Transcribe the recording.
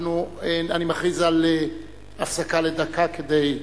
אני מכריז על הפסקה לדקה כדי,